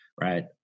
Right